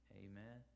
amen